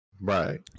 Right